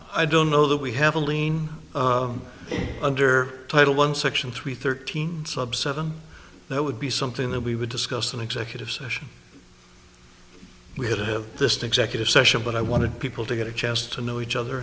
i don't know that we have a lien under title one section three thirteen sub seven that would be something that we would discuss in executive session we had to have this to executive session but i wanted people to get a chance to know each other